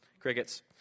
crickets